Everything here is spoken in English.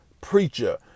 preacher